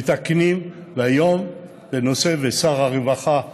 מתקנים, ושר הרווחה והעבודה,